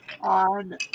on